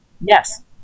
Yes